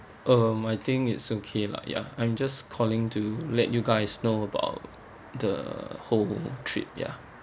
um I think it's okay lah ya I'm just calling to let you guys know about the whole trip ya